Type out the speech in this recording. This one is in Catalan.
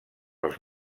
pels